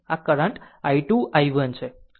આમ આ current i2 i1 છે અને તમારા i3 અને i4 છે